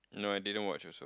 no I didn't watch also